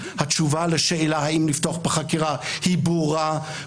התשובה לשאלה האם לפתוח בחקירה היא ברורה.